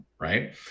right